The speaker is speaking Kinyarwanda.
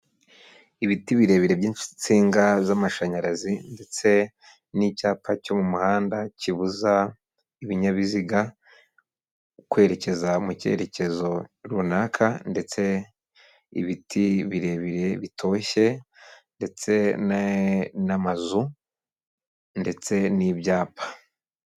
Ibiti birebire by'insinga z'amashanyarazi ndetse n'icyapa cyo mu muhanda, kibuza ibinyabiziga kwerekeza mu cyerekezo runaka, ndetse ibiti birebire bitoshye ndetse n'amazu ndetse n'ibyapa.